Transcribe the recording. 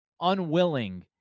unwilling